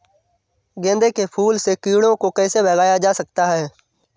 गेंदे के फूल से कीड़ों को कैसे भगाया जा सकता है?